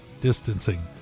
distancing